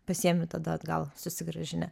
pasiimi tada atgal susigrąžini